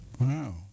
Wow